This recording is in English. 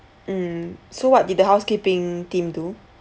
mm so what did the housekeeping team do